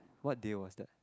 what day was that